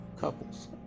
couples